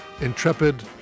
intrepid